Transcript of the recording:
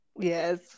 Yes